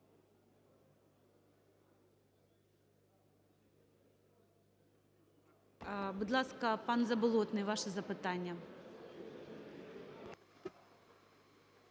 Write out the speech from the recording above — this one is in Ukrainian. Будь ласка, пан Заболотний, ваше запитання.